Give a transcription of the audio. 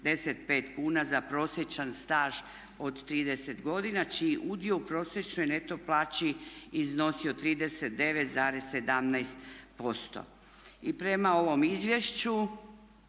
za prosječan staž od 30 godina čiji udio u prosječnoj neto plaći iznosio 39,17%. I prema ovom izvješću